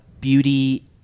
beauty